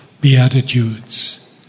beatitudes